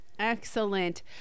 Excellent